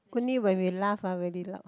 only when we laugh ah very loud